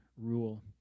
rule